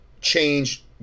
change